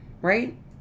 right